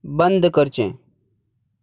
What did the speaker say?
बंद करचें